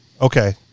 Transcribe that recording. Okay